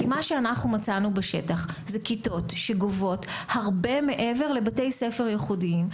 כי מה שאנחנו מצאנו בשטח זה כיתות שגובות הרבה מעבר לבתי ספר ייחודיים.